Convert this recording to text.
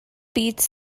beats